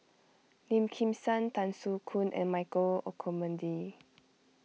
Lim Kim San Tan Soo Khoon and Michael Olcomendy